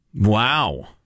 Wow